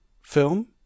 film